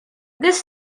this